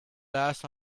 last